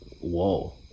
whoa